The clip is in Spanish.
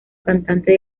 cantante